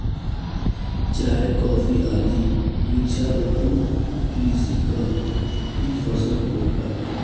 चाय, कॉफी आदि वृक्षारोपण कृषि कअ ही फसल बाटे